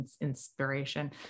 inspiration